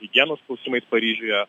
higienos klausimais paryžiuje